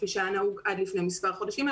כפי שהיה נהוג עד לפני מספר חודשים,